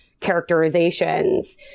characterizations